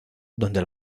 donde